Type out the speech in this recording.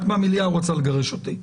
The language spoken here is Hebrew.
רק מהמליאה הוא רצה לגרש אותי.